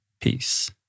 Peace